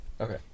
okay